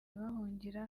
bahungira